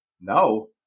No